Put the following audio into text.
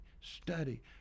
study